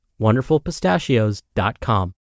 wonderfulpistachios.com